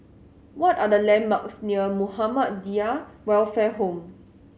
what are the landmarks near Muhammadiyah Welfare Home